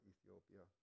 Ethiopia